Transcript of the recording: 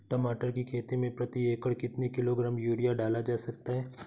टमाटर की खेती में प्रति एकड़ कितनी किलो ग्राम यूरिया डाला जा सकता है?